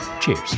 Cheers